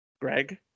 Greg